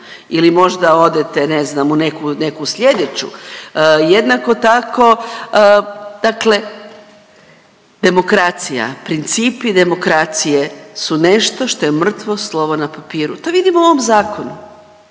ili možda odete ne znam u neku, neku slijedeću. Jednako tako, dakle demokracija, principi demokracije su nešto što je mrtvo slovo na papiru, to vidimo u ovom zakonu.